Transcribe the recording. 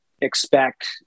expect